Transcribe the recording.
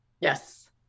Yes